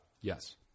Yes